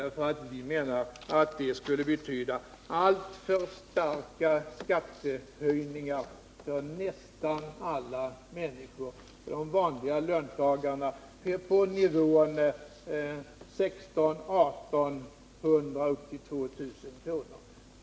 Vi anser att det skulle betyda alltför kraftiga skattehöjningar för nästan alla människor — för vanliga inkomsttagare skulle det bli en höjning på nivån 1 600, 1 800 och upp till 2 000 kr.